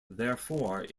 therefore